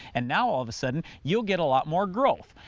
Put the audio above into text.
and now all of the sudden you'll get a lot more growth.